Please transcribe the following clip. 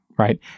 right